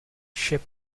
ship